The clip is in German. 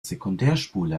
sekundärspule